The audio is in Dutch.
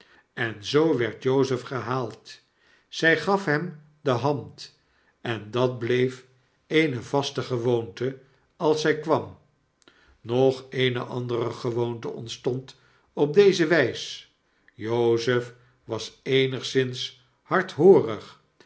en zoo werd jozef gehaald zy gaf hem de hand en dat bleef eene vaste gewoonte als z kwam nog eene andere gewoonte ontstond op deze wys jozef was eenigszins hardhoorig